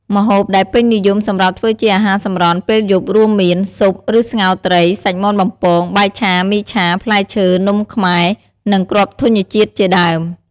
ម្ហូបដែលពេញនិយមសម្រាប់ធ្វើជាអាហារសម្រន់ពេលយប់រួមមាន ស៊ុប ឬស្ងោរត្រី សាច់មាន់បំពង បាយឆា មីឆា ផ្លែឈើ នំខ្មែរ និងគ្រាប់ធញ្ញជាតិជាដើម។